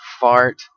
fart